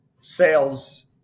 sales